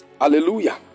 Hallelujah